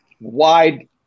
wide